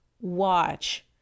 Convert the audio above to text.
watch